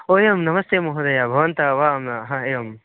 ओ एवं नमस्ते महोदयः भवन्तः वा म एवम्